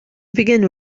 begin